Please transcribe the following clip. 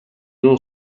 non